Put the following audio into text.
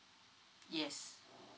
yes